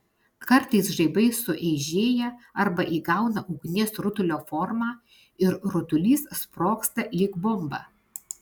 kartais žaibai sueižėja arba įgauna ugnies rutulio formą ir rutulys sprogsta lyg bomba